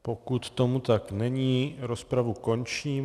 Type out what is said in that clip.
Pokud tomu tak není, rozpravu končím.